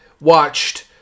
watched